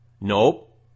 Nope